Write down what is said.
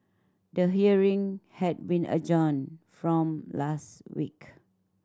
the hearing had been adjourned from last week